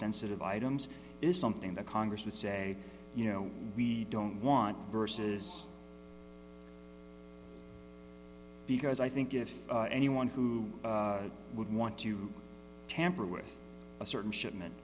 sensitive items is something that congress would say you know we don't want versus because i think if anyone who would want to tamper with a certain shipment